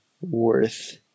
worth